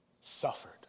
suffered